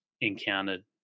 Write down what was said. encountered